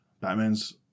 Batman's-